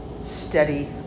Steady